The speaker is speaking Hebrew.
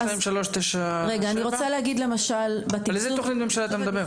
על איזו תוכנית ממשלה אתה מדבר?